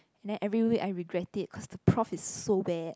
and then every week I regret it cause the prof is so bad